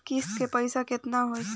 किस्त के पईसा केतना होई?